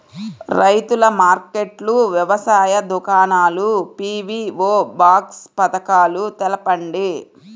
రైతుల మార్కెట్లు, వ్యవసాయ దుకాణాలు, పీ.వీ.ఓ బాక్స్ పథకాలు తెలుపండి?